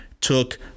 took